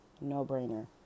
No-brainer